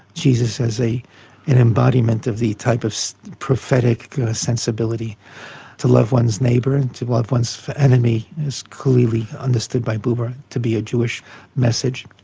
jesus as an and embodiment of the type of prophetic sensibility to love one's neighbour, and to love one's enemy is clearly understood by buber to be a jewish message,